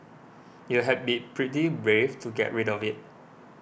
you had been pretty brave to get rid of it